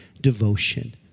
devotion